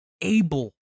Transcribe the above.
able